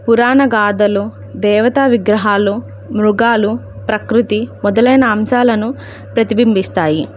పురాణ గాథలు దేవతా విగ్రహాలు మృగాలు ప్రకృతి మొదలైన అంశాలను ప్రతిబింబిస్తాయి